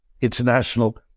international